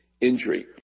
injury